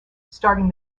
starting